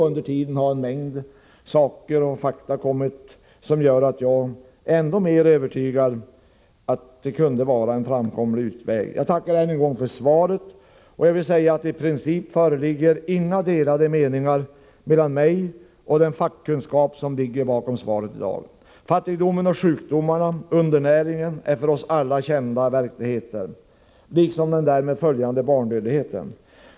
Under tiden har en mängd fakta tillkommit som gör att jag är ännu mer övertygad om att detta kunde vara en framkomlig väg. Jag tackar än en gång för svaret. I princip föreligger inga delade meningar mellan mig och den fackkunskap som står bakom detta svar i dag. Fattigdomen, sjukdomarna och undernäringen är för oss alla kända verkligheter liksom den därmed följande barnadödligheten.